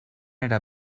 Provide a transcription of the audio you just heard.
era